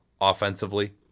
offensively